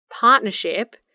partnership